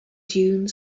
dune